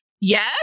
yes